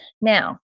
Now